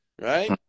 Right